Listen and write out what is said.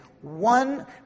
One